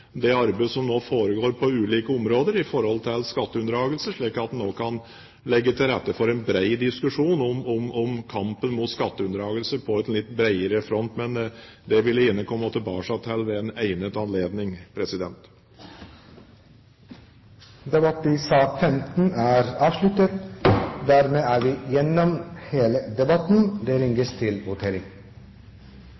det arbeidet som nå foregår på ulike områder i forhold til skatteunndragelser, slik at man også kan legge til rette for en diskusjon om kampen mot skatteunndragelse på en litt bredere front. Men det vil jeg gjerne komme tilbake til ved en egnet anledning. Dermed er sak nr. 15 ferdigbehandlet. Stortinget er da klart til å gå til votering i sakene på dagens kart. I sak nr. 1 foreligger det